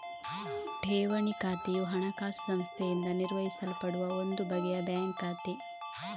ಠೇವಣಿ ಖಾತೆಯು ಹಣಕಾಸು ಸಂಸ್ಥೆಯಿಂದ ನಿರ್ವಹಿಸಲ್ಪಡುವ ಒಂದು ಬಗೆಯ ಬ್ಯಾಂಕ್ ಖಾತೆ